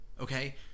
Okay